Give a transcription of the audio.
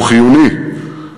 הוא חיוני,